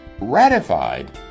ratified